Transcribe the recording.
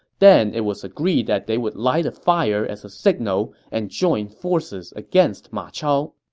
then it was agreed that they would light a fire as a signal and join forces against ma chao